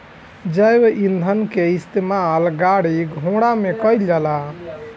जैव ईंधन के इस्तेमाल गाड़ी घोड़ा में कईल जाला